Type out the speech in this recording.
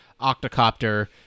octocopter